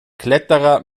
kletterer